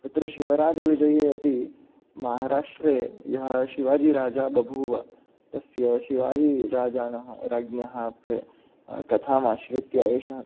तत्र शिवराजविजये अपि महाराष्ट्रे यः शिवाजीराजा बभूव तस्य शिवाजीराजानः राज्ञः अत्र कथाम् आश्रित्य एषः